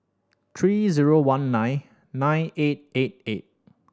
three zero one nine nine eight eight eight